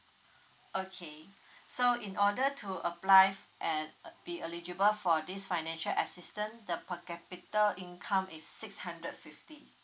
okay so in order to apply and be eligible for this financial assistance the per capita income is six hundred fifty